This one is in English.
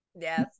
Yes